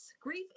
Grief